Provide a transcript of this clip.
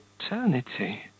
eternity